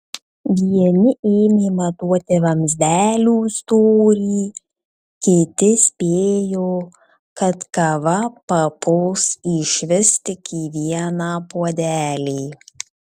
vieni ėmė matuoti vamzdelių storį kiti spėjo kad kava papuls išvis tik į vieną puodelį